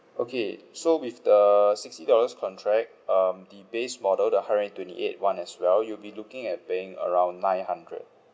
okay so with the sixty dollars contract um the base model the hundred and twenty eight [one] as well you'll be looking at paying around nine hundred